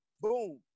Boom